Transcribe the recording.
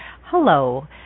hello